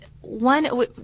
one